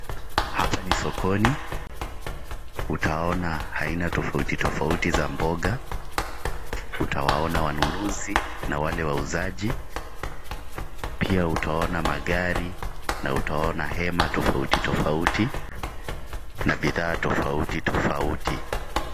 Hapa ni sokoni, utaona, aina tofauti tofauti za mboga. Utawaona wanunuzi na wale wauzaji, pia utaona magari na utaona hema tofauti tofauti na bidhaa tofauti tofauti.